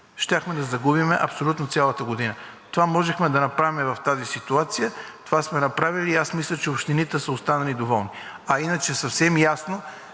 щяхме да загубим абсолютно цялата година. Това можехме да направим и в тази ситуация, това сме направили и аз мисля, че общините са останали доволни. А иначе съвсем ясно